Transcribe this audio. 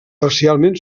parcialment